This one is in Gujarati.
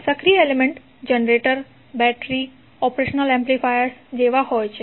સક્રિય element generator battery operational amplifiers જેવા હોય છે